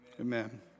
Amen